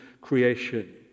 creation